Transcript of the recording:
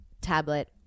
tablet